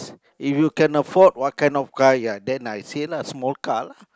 if you can afford what kind of car ya then I say lah small car lah